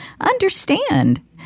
Understand